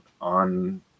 on